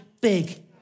big